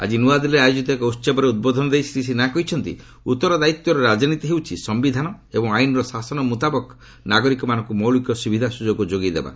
ଆଜି ନୂଆଦିଲ୍ଲୀରେ ଆୟୋଜିତ ଏକ ଉହବରେ ଉଦ୍ବୋଧନ ଦେଇ ଶ୍ରୀ ସିହ୍ନା କହିଛନ୍ତି ଉତ୍ତରଦାୟିତ୍ୱର ରାଜନୀତି ହେଉଛି ସମ୍ଭିଧାନ ଏବଂ ଆଇନର ଶାସନ ମୁତାବକ ନାଗରିକମାନଙ୍କୁ ମୌଳିକ ସୁବିଧା ସୁଯୋଗ ଯୋଗାଇ ଦେବା